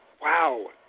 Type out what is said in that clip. Wow